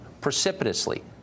precipitously